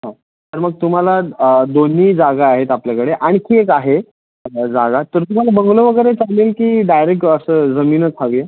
हो तर मग तुम्हाला दोन्ही जागा आहेत आपल्याकडे आणखी एक आहे जागा तर तुम्हाला बंगलो वगैरे चालेल की डायरेक असं जमीनच हवी आहे